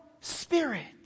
spirit